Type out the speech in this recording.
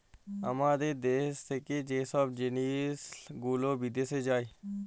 আমাদের দ্যাশ থ্যাকে যে ছব জিলিস গুলা বিদ্যাশে যায়